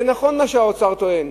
זה נכון מה שהאוצר טוען,